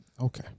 Okay